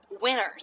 winners